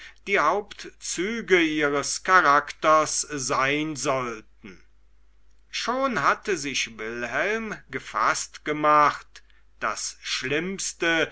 die hauptzüge ihres charakters sein sollten schon hatte sich wilhelm gefaßt gemacht das schlimmste